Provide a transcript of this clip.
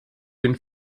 den